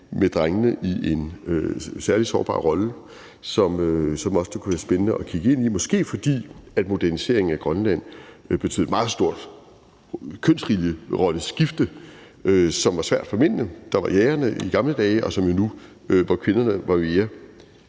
ser drengene i en særlig sårbar rolle, hvilket også kunne være spændende at kigge ind i, og det er, måske fordi moderniseringen af Grønland betød et meget stort kønsrolleskifte, som var svært for mændene, der jo var jægerne i gamle dage. Det er kvinderne, som